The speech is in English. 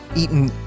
eaten